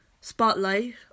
spotlight